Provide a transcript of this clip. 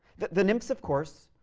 the nymphs, of course,